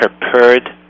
prepared